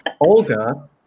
Olga